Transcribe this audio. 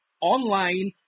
online